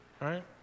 right